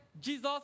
Jesus